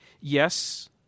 Yes—